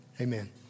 amen